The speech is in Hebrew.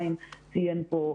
חיים ציין כאן